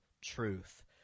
truth